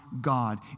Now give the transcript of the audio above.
God